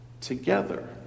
together